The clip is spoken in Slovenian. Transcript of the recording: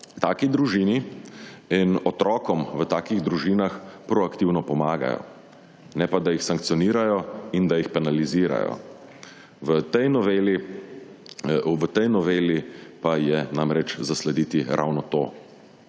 taki družini in otrokom v takih družinah proaktivno pomagajo, ne pa da jih sankcionirajo in da jih penalizirajo. Tej noveli pa je namreč zaslediti ravno to